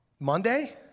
Monday